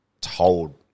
told